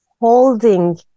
holding